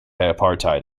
apartheid